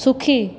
সুখী